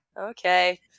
Okay